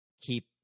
keep